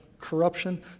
corruption